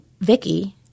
Vicky